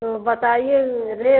तो बताइए रेट